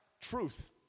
truth